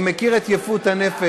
אני מכיר את יפי הנפש